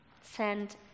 send